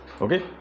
okay